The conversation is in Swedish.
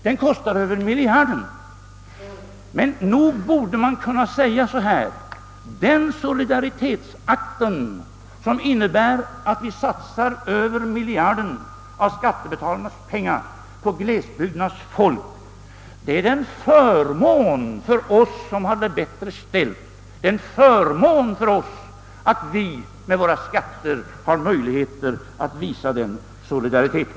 Den kostar mer än en miljard kronor, men nog borde man kunna säga att den solidaritetsakt, som innebär att vi satsar över en miljard kronor av skattebetalarnas pengar på glesbygdernas folk, innebär en förmån för oss som har det bättre ställt. Det är en förmån för oss att vi med våra skatter har möjlighet att visa denna solidaritet.